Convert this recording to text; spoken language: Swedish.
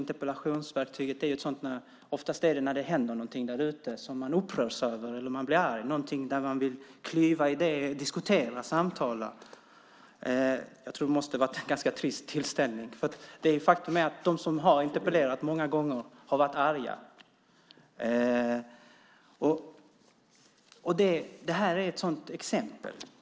Interpellationsverktyget är ju något som man använder när det händer något som man upprörs över och man blir arg eller när man vill klyva idéer och samtala. Jag tänkte att tårtkalaset måste vara en ganska trist tillställning. De som har interpellerat många gånger har varit arga. Det här är ett sådant exempel.